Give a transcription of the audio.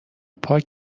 پاک